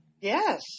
Yes